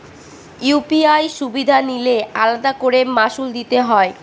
UPI সুবিধা নিলে আলাদা করে মাসুল দিতে হয়?